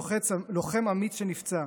לוחם אמיץ שנפצע,